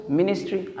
ministry